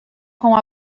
com